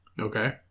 Okay